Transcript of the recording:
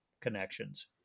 connections